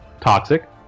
toxic